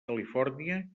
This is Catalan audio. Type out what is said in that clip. califòrnia